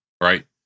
Right